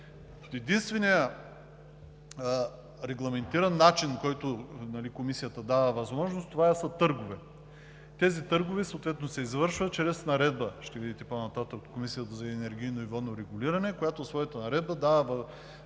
Единственият регламентиран начин, по който Комисията дава възможност, това са търговете. Тези търгове се извършват чрез наредба – ще видите по-нататък как Комисията за енергийно и водно регулиране дава начините, условията